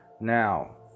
now